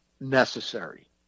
necessary